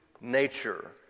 nature